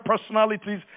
personalities